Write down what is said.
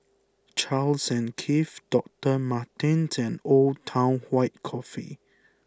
Charles and Keith Doctor Martens and Old Town White Coffee